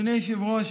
אדוני היושב-ראש,